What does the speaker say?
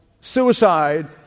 suicide